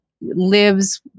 lives